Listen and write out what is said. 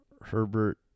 Herbert